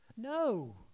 No